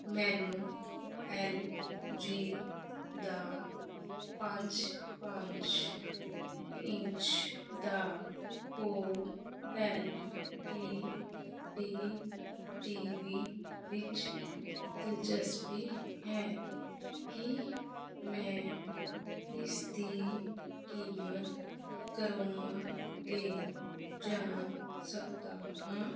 ਮੈਨੂੰ L G ਦਾ ਪੰਜ ਪੰਜ ਇੰਚ ਦਾ ਓ L E D T V ਵਿੱਚ ਦਿਲਚਸਪੀ ਹੈ ਕੀ ਮੈਂ ਇਸ ਦੀ ਕੀਮਤ ਕਰੋਮਾ 'ਤੇ ਜਾਣ ਸਕਦਾ ਹਾਂ